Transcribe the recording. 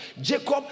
Jacob